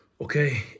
Okay